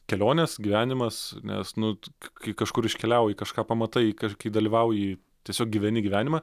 kelionės gyvenimas nes nu kai kažkur iškeliauji kažką pamatai kaž kai dalyvauji tiesiog gyveni gyvenimą